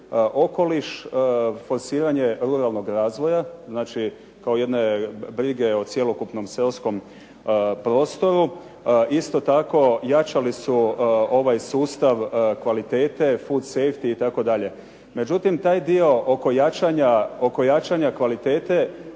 okoliš, forsiranje ruralnog razvoja. Znači, kao jedne brige o cjelokupnom seoskom prostoru. Isto tako, jačali su ovaj sustav kvalitete food safty itd. Međutim, taj dio oko jačanja kvalitete